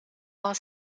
war